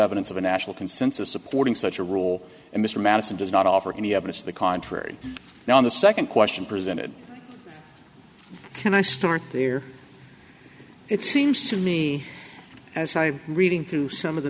evidence of a national consensus supporting such a role and mr madison does not offer any evidence to the contrary now on the second question presented can i start there it seems to me as i reading through some of the